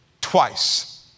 twice